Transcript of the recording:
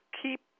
keep